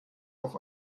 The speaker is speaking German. auf